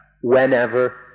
whenever